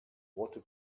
water